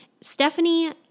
Stephanie